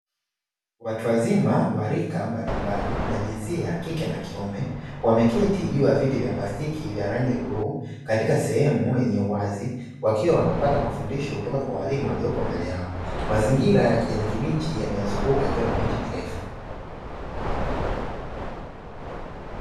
Watu wa rika mbalimbali na jinsia ya kike na kiume wameketi juu ya viti vya plastiki vya rangi ya bluu katika sehemu yenye uwazi wakiwa wanapata mafundisho kutoka kwa walimu walioko mbele yako mazingira ya kijani kibichi yamewazunguka yakiwa na miti mirefu.